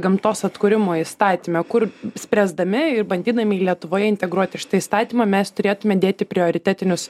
gamtos atkūrimo įstatyme kur spręsdami ir bandydami lietuvoj integruoti šitą įstatymą mes turėtume dėti prioritetinius